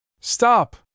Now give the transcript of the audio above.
Stop